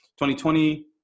2020